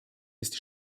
ist